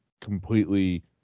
completely